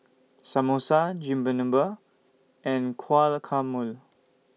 Samosa Chigenabe and Guacamole